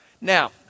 Now